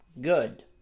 good